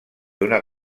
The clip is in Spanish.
una